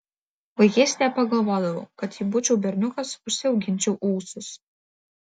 vaikystėje pagalvodavau kad jei būčiau berniukas užsiauginčiau ūsus